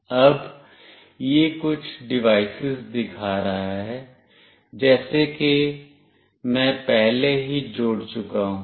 अब यह कुछ डिवाइसस दिखा रहा है जैसे कि मैं पहले ही जोड़ चुका हूं